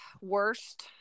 worst